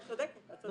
את צודקת, את צודקת.